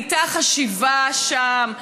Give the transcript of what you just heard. הייתה חשיבה שם,